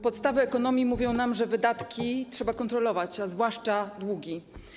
Podstawy ekonomii mówią nam, że wydatki trzeba kontrolować, a zwłaszcza długi.